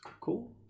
cool